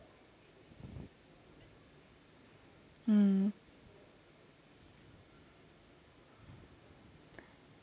mm